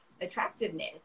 attractiveness